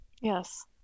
Yes